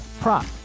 prop